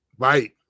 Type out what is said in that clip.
Right